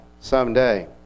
Someday